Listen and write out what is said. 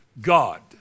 God